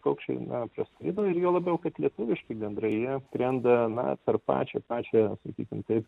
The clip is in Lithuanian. paukščiai na praskrido ir juo labiau kad lietuviški gandrai jie skrenda na per pačią pačią sakykim taip